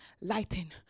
lighten